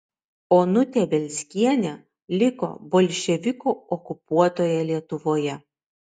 onutė bielskienė liko bolševikų okupuotoje lietuvoje